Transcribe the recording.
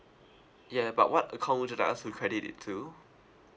yeah but what account would you like us to credit it to